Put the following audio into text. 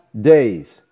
days